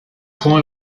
point